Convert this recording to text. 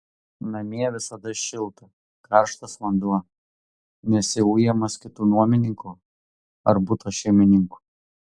namie visada šilta karštas vanduo nesi ujamas kitų nuomininkų ar buto šeimininkų